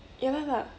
ya lah